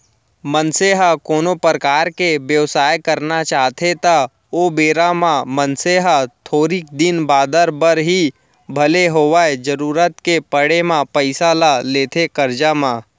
मनसे ह कोनो परकार के बेवसाय करना चाहथे त ओ बेरा म मनसे ह थोरिक दिन बादर बर ही भले होवय जरुरत के पड़े म पइसा ल लेथे करजा म